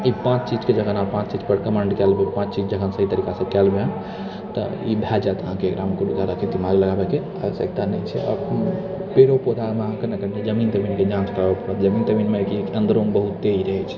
ई पाँच चीजके जखन अहाँ पाँच चीज पर कमाण्ड कए लेबै पाँच चीज जखन सहि तरिकासँ कए लेबै अहाँ तऽ ई भए जायत अहाँकेँ एकरामे कोनो जादा दिमाग लगाबैके आवश्यकता नहि छै आओर पेड़ो पौधामे अहाँकेँ कनिटा जमीन तमीनके जाँच कराबै पड़त जमीन तमीनमे की होइत छै अन्दरोमे बहुते ई रहैत छै